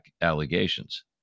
allegations